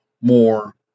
more